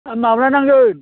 माब्ला नांगोन